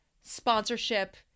sponsorship